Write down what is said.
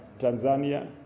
Tanzania